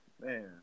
man